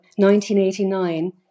1989